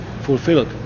fulfilled